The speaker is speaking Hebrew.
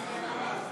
נתקבלו.